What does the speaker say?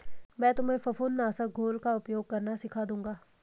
मैं तुम्हें फफूंद नाशक घोल का उपयोग करना सिखा दूंगा